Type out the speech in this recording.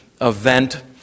event